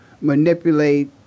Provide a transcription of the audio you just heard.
manipulate